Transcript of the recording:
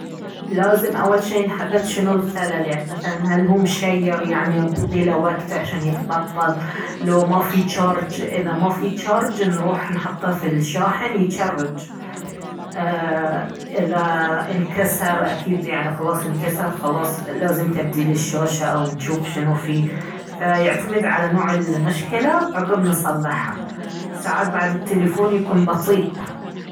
لازم اول شي نحدد شنو الخلل يعني مثلا هل هو مشير يبغيله وقت عشان يتبطل لو مافي جارج إذا مافي جارج نروح نحطه في الشاحن يجرج ايه إذا انكسر اكيد يعني خلاص انكسر خلاص لازم تبديل الشاشة او نشوف شنو فيه فيعتمد على نوع المشكلة عقب نصلحها ساعات بعد التلفون يكون بطىء